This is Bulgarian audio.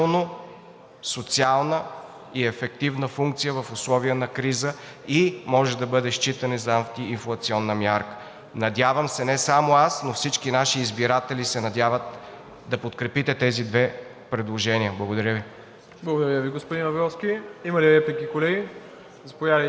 социална и ефективна функция в условия на криза и може да бъде считано и за антиинфлационна мярка. Надявам се не само аз, но и всички наши избиратели се надяват да подкрепите тези две предложения. Благодаря Ви. ПРЕДСЕДАТЕЛ МИРОСЛАВ ИВАНОВ: Благодаря, господин Абровски. Има ли реплики? Заповядайте.